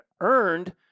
earned